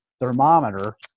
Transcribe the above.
thermometer